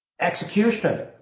execution